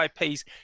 IPs